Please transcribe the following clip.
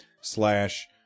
slash